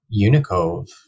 Unicove